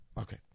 okay